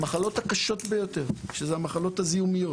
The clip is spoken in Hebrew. המחלות הקשות ביותר שזה המחלות הזיהומיות